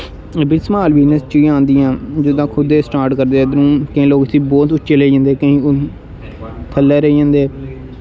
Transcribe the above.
एह् बी समाल बिजनस च गै औंदियां जिसलै स्टार्ट करदे ऐं इद्धर केईं लोग इस्सी बहुत उच्चे लेई जंदे केईं थल्लै रेही जंदे